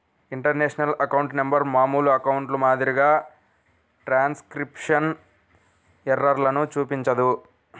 international account number మామూలు అకౌంట్ల మాదిరిగా ట్రాన్స్క్రిప్షన్ ఎర్రర్లను చూపించదు